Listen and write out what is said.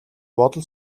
бодол